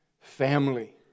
family